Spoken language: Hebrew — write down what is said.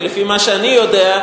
כי לפי מה שאני יודע,